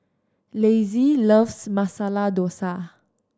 Lassie loves Masala Dosa